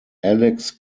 alex